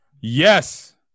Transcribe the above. Yes